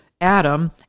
Adam